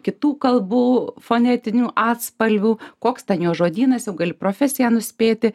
kitų kalbų fonetinių atspalvių koks ten jo žodynas jau gali profesiją nuspėti